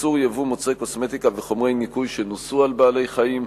איסור ייבוא מוצרי קוסמטיקה וחומרי ניקוי שנוסו על בעלי-חיים),